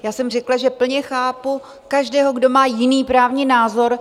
Já jsem řekla, že plně chápu každého, kdo má jiný právní názor.